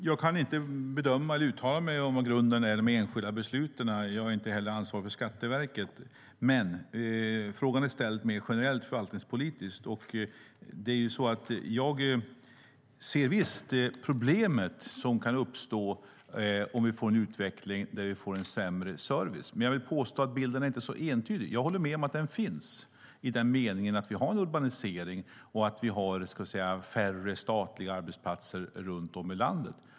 Herr talman! Jag kan inte uttala mig om vad grunden är i de enskilda besluten. Jag är inte heller ansvarig för Skatteverket. Men frågan är ställd mer generellt förvaltningspolitiskt. Jag ser de problem som kan uppstå om vi får en utveckling med en sämre service. Men jag vill påstå att bilden inte är så entydig även om jag håller med om att detta problem finns i den meningen att vi har en urbanisering och att vi har färre statliga arbetsplatser runt om i landet.